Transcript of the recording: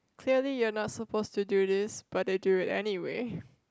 clearly you're not supposed to do this but they do it anyway